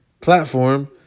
platform